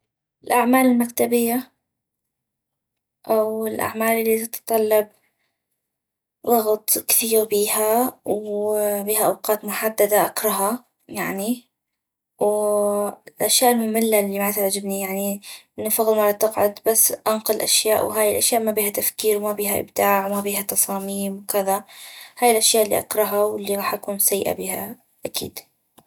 الاعمال المكتبية او الأعمال الي تطلب ضغط كثيغ بيها وبيها اوقات محددة اكرها يعني والأشياء المملة الي ما تعجبني يعني انو فغد مرة تقعد بس انقل اشياء وهاي الأشياء ما بيها تفكير وما بيها إبداع وما بيها تصاميم وكذا هاي الأشياء الي اكرها والي غاح أكون سيئة بيها أكيد